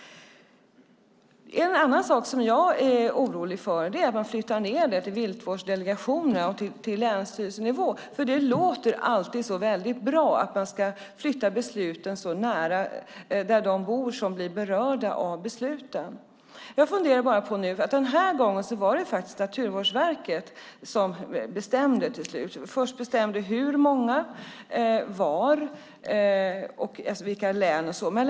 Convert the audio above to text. En annan sak som jag är orolig för är att man flyttar ned besluten till Viltvårdsdelegationen på länsstyrelsenivå. Det låter ju alltid så väldigt bra att man ska flytta besluten nära dem som berörs av besluten. Jag funderar bara på att det den här gången faktiskt var Naturvårdsverket som bestämde till slut. Man bestämde först hur många vargar som skulle skjutas och i vilka län.